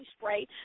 Spray